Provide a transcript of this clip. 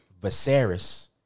Viserys